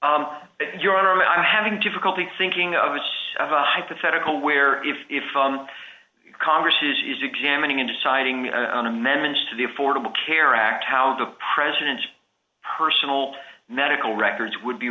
i'm having difficulty thinking of which of a hypothetical where if if congress is examining in deciding on amendments to the affordable care act how the president's personal medical records would be